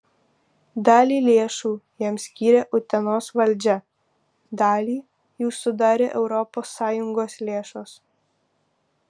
dalį lėšų jam skyrė utenos valdžia dalį jų sudarė europos sąjungos lėšos